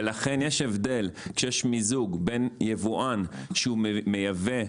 ולכן יש הבדל כשיש מיזוג בין יבואן שהוא מייבא מוצרים,